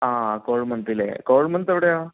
ആ കോതമംഗലത്തല്ലെ കോതമംഗലത്ത് എവിടെയാണ്